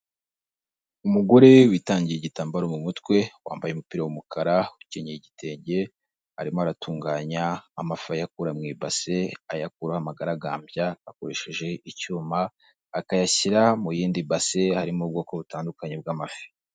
Umugore witangiye igitambaro mu mutwe, wambaye umupira w'umukara, ukenyeye igitenge, arimo aratunganya amafi ayakura mu ibase, ayakuraho amagaragambya akoresheje icyuma, akayashyira mu yindi base harimo ubwoko butandukanye bw'amafi.